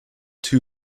two